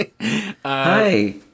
Hi